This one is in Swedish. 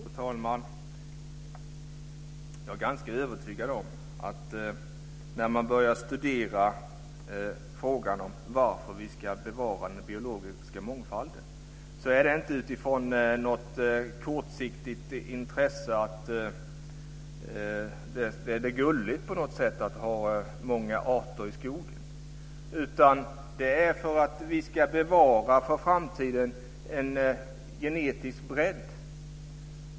Fru talman! Jag är ganska övertygad om att när man börjar studera frågan om varför vi ska bevara den biologiska mångfalden så är det inte utifrån något kortsiktigt intresse att det är gulligt på något sätt att ha många arter i skogen utan därför att vi för framtiden ska bevara en genetisk bredd.